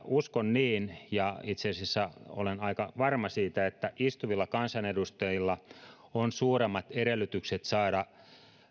uskon niin ja itse asiassa olen aika varma siitä että istuvilla kansanedustajilla on suuremmat edellytykset saada